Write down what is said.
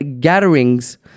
gatherings